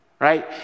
right